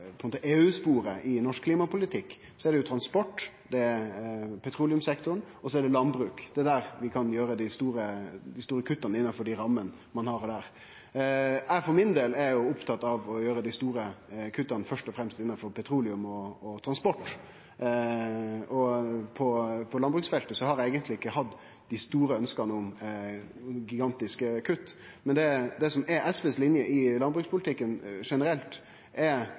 EU-sporet i norsk klimapolitikk, så er det jo transport, det er petroleumssektoren, og så er det landbruk. Det er der vi kan gjere dei store kutta innanfor dei rammene ein har. Eg for min del er opptatt av å gjere dei store kutta først og fremst innanfor petroleum og transport. På landbruksfeltet har eg eigentleg ikkje hatt dei store ønska om gigantiske kutt. Det som er SVs linje i landbrukspolitikken generelt, er